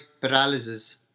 paralysis